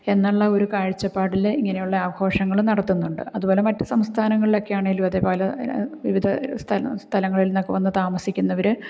എന്നുള്ള ഒരു കാഴ്ചപ്പാടിൽ ഇങ്ങനെയുള്ള ആഘോഷങ്ങൾ നടത്തുന്നുണ്ട് അതുപോലെ മറ്റു സംസ്ഥാനങ്ങളിലൊക്കെയാണേലും അതെ പല വിവിധ സ്ഥലം സ്ഥലങ്ങളില് നിന്നൊക്കെ വന്നു താമസിക്കുന്നവർ